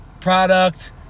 product